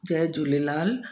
Jay Jhulelal